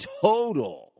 total